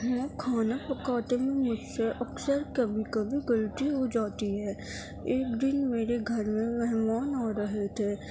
ہاں کھانا پکاتے میں مجھ سے اکثر کبھی کبھی غلطی ہوجاتی ہے ایک دن میرے گھر میں مہمان آ رہے تھے